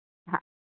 हा